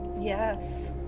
yes